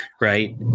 right